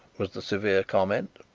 was the severe comment.